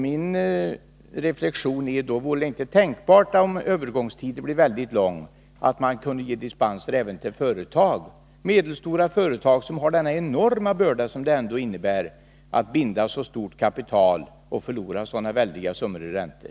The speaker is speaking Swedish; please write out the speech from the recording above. Min reflexion är: Om övergångstiden blir mycket lång, vore det då inte tänkbart att ge dispenser även till företag — medelstora företag som har enorma bördor på grund av att de binder upp stora kapital och förlorar stora summor i räntor?